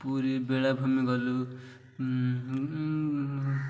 ପୁରୀ ବେଳାଭୂମି ଗଲୁ